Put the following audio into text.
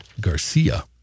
Garcia